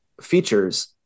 features